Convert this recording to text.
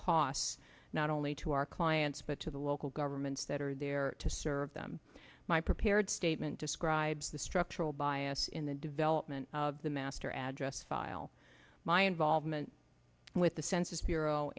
costs not only to our clients but to the local governments that are there to serve them my prepared statement describes the structural bias in the development of the master address file my involvement with the census bureau